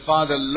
Father